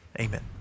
Amen